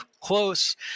close